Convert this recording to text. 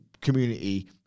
community